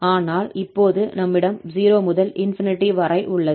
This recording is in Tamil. ஆனால் இப்போது நம்மிடம் 0 முதல் ∞ வரை உள்ளது